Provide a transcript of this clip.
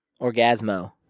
Orgasmo